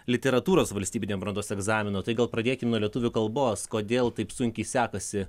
literatūros valstybinio brandos egzamino tai gal pradėkim nuo lietuvių kalbos kodėl taip sunkiai sekasi